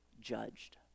judged